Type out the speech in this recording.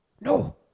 No